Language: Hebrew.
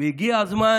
הגיע הזמן